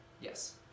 Yes